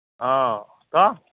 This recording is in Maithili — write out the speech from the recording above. हँ तऽ